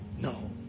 no